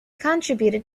contributed